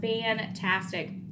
fantastic